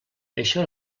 això